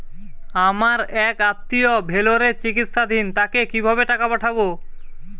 আমার এক আত্মীয় ভেলোরে চিকিৎসাধীন তাকে কি ভাবে টাকা পাঠাবো?